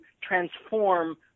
transform